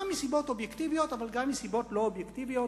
גם מסיבות אובייקטיביות,